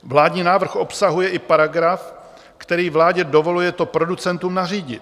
Vládní návrh obsahuje i paragraf, který vládě dovoluje to producentům nařídit.